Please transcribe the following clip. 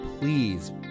please